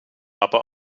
aber